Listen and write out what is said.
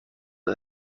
شما